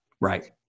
Right